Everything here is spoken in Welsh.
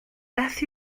beth